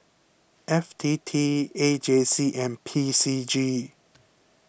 F T T A J C and P C G